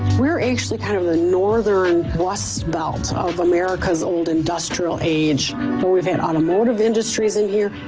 we're actually kind of the northern west belt of america's old industrial age where we've had automotive industries in here,